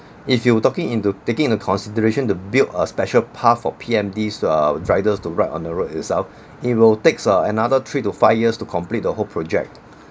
if you were talking into taking into consideration to build a special path for P_M_Ds uh riders to ride on the road itself it will takes another three to five years to complete the whole project